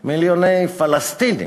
מיליוני פלסטינים.